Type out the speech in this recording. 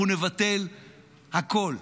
אנחנו נבטל הכול,